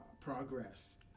progress